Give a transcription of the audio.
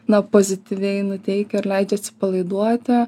na pozityviai nuteikia ir leidžia atsipalaiduoti